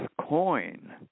coin